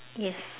yes